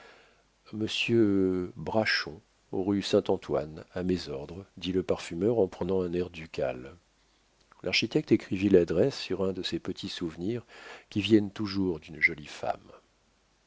braschon rue saint-antoine a mes ordres dit le parfumeur en prenant un air ducal l'architecte écrivit l'adresse sur un de ces petits souvenirs qui viennent toujours d'une jolie femme